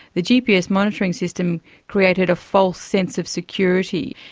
the gps monitoring system created a false sense of security.